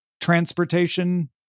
transportation